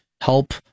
help